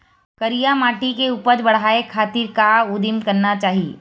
करिया माटी के उपज बढ़ाये खातिर का उदिम करना चाही?